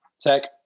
Tech